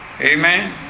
Amen